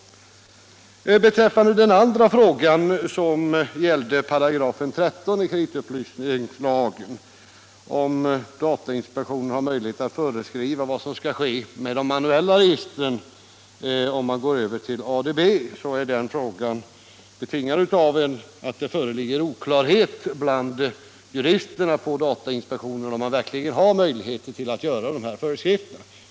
Beträffande den andra frågan, som gällde 13 § i kreditupplysningslagen, om datainspektionen har möjlighet att föreskriva vad som skall ske med de manuella registren om man går över till ADB, så är den betingad av att det föreligger oklarhet bland juristerna på datainspektionen om man verkligen har möjligheter att meddela dessa föreskrifter.